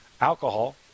alcohol